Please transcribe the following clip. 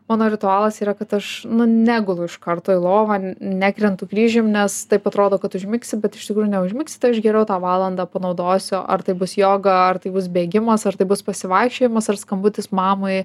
mano ritualas yra kad aš negulu iš karto į lovą ne nekrentu kryžium nes taip atrodo kad užmigsi bet iš tikrųjų neužmigsi tai aš geriau tą valandą panaudosiu ar tai bus joga ar tai bus bėgimas ar tai bus pasivaikščiojimas ar skambutis mamai